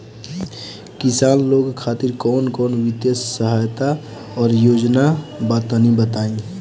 किसान लोग खातिर कवन कवन वित्तीय सहायता और योजना बा तनि बताई?